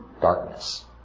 darkness